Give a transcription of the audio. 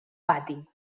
pati